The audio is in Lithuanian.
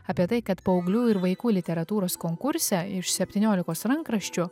apie tai kad paauglių ir vaikų literatūros konkurse iš septiniolikos rankraščių